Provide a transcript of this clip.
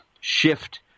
shift